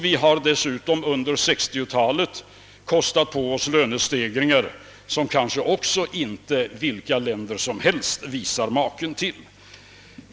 Vi har dessutom under 1960-talet kostat på oss en lönestegring som inte vilka länder som helst visar maken till.